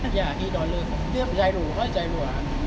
ya eight dollar dia giro not giro ah